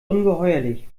ungeheuerlich